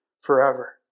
forever